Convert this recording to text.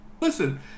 Listen